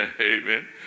Amen